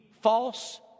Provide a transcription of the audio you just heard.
false